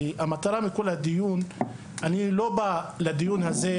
ושהמטרה של כל הדיון הזה היא לא לסמן